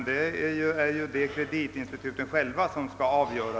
Detta är dock en uppgift för kreditinstitutet att självt avgöra.